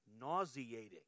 nauseating